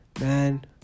man